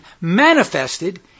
manifested